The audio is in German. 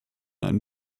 ein